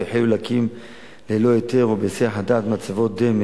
והחלו להקים ללא היתר ובהסחת הדעת מצבות דמה